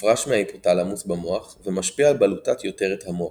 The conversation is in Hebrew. מופרש מההיפותלמוס במוח ומשפיע על בלוטת יותרת המוח,